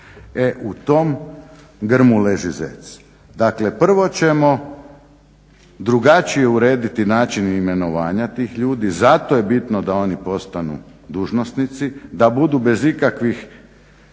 u tom grmu leži zec. Dakle, prvo ćemo drugačije urediti imenovanja tih ljudi zato je bitno da oni postanu dužnosnici, da budu bez ikakvih